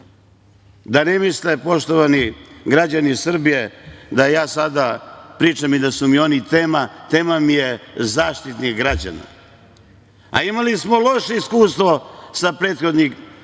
da ne misle poštovani građani Srbije, da ja sada pričam i da su mi oni tema, tema mi je Zaštitnik građana. Imali smo loše iskustvo sa prethodnim